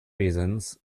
reasons